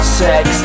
sex